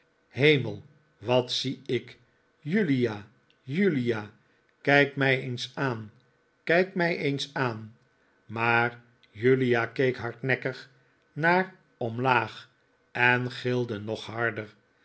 hemel wat zie ik julia julia kijk mij eens aan kijk mij eens aan maar julia keek hardnekkig naar omlaag en gilde nog harder